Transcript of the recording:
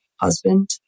husband